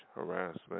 harassment